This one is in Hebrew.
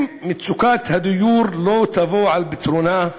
אם מצוקת הדיור לא תבוא על פתרונה,